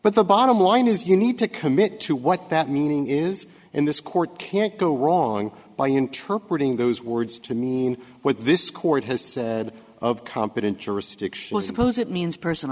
but the bottom line is you need to commit to what that meaning is in this court can't go wrong by interpret ing those words to mean what this court has said of competent jurisdiction i suppose it means person